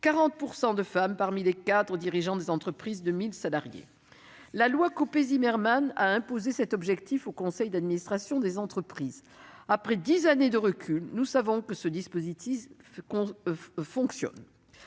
40 % de femmes parmi les cadres dirigeants des entreprises de plus de 1 000 salariés. La loi Copé-Zimmermann a imposé cet objectif pour les conseils d'administration des entreprises et, avec dix années de recul, nous savons que ce dispositif fonctionne.